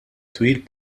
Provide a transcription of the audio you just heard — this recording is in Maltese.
twil